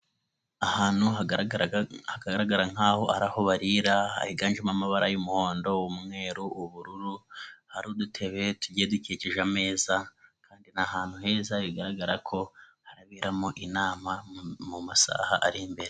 Ahantu hagaragara nk'aho ari aho barira, higanjemo amabara y'umuhondo, umweru, ubururu, hari udutebe tugiye dukikije ameza kandi ni ahantu heza bigaragara ko haraberamo inama mu masaha ari imbere